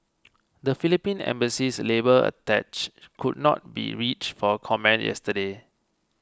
the Philippine Embassy's labour attach could not be reached for comment yesterday